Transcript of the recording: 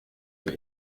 für